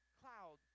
cloud